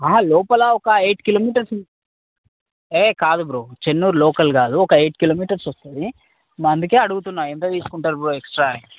లోపల ఒక eight kilometres ఉం ఏ కాదు బ్రో చెన్నూరు లోకల్ కాదు ఒక ఎయిట్ కిలోమీటర్స్ వస్తుంది నేను అందుకని అడుగుతున్నాను ఎంత తీసుకుంటారు బ్రో ఎక్స్ట్రా అని